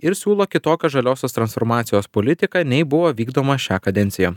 ir siūlo kitokią žaliosios transformacijos politiką nei buvo vykdoma šią kadenciją